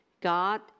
God